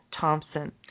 Thompson